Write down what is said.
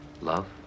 love